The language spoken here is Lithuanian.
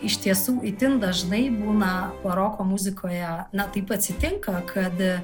iš tiesų itin dažnai būna baroko muzikoje na taip atsitinka kad